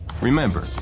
remember